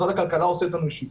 משרד הכלכלה עושה איתנו ישיבות.